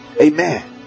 Amen